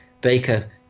baker